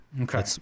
Okay